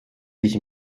sich